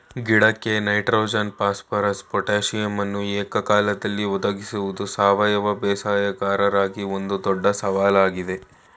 ಗಿಡಕ್ಕೆ nitrogen phosphorus ಪೊಟಾಸಿಯಮನ್ನು ಏಕಕಾಲದಲ್ಲಿ ಒದಗಿಸುವುದು ಸಾವಯವ ಬೇಸಾಯಗಾರರಿಗೆ ಒಂದು ದೊಡ್ಡ ಸವಾಲಾಗಿದೆ